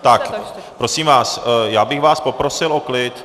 Tak, prosím vás, já bych poprosil o klid.